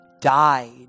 died